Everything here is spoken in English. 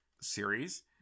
series